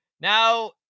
Now